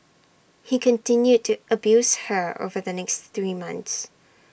he continued to abuse her over the next three months